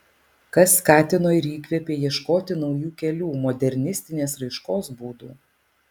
kas skatino ir įkvėpė ieškoti naujų kelių modernistinės raiškos būdų